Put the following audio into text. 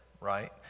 right